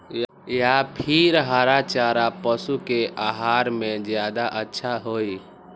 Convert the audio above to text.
या फिर हरा चारा पशु के आहार में ज्यादा अच्छा होई?